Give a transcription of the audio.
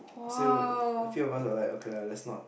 so we few of us were like okay lah let's not